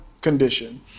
condition